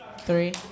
Three